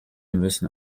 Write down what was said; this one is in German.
müssen